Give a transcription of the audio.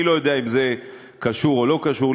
אני לא יודע אם זה קשור או לא קשור,